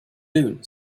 noon